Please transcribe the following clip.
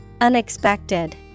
Unexpected